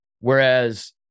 Whereas